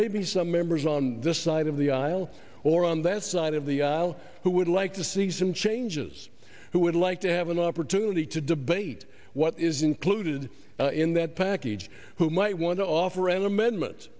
may be some members on this side of the aisle or on that side of the aisle who would like to see some changes who would like to have an opportunity to debate what is included in that package who might want to offer an amendment